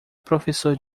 professor